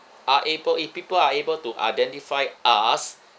are able if people are able to identify us